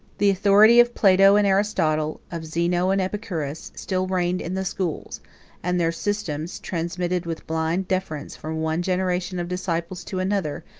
the authority of plato and aristotle, of zeno and epicurus, still reigned in the schools and their systems, transmitted with blind deference from one generation of disciples to another,